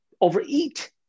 overeat